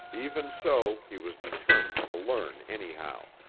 even so he was determined to learn anyhow.